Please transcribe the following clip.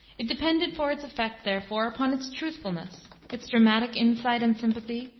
it depended for its effect, therefore, upon its truthfulness, its dramatic insight and sympathy,